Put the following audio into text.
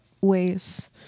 ways